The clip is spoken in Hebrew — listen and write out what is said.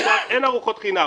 אין ארוחות חינם.